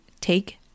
take